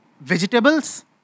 vegetables